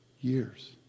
years